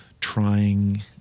trying